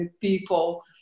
people